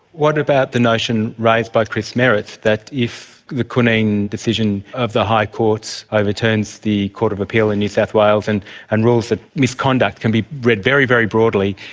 what about the notion raised by chris merritt, that if the cunneen decision of the high court overturns the court of appeal in new south wales and and rules that misconduct can be read very, very broadly,